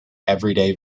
everyday